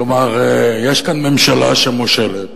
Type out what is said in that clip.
כלומר, יש כאן ממשלה שמושלת,